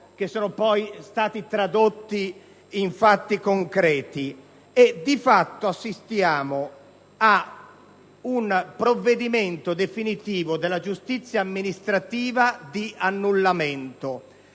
che sono stati poi tradotti in fatti concreti. Di fatto assistiamo ad un provvedimento definitivo della giustizia amministrativa che viene annullato,